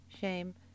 shame